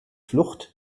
flucht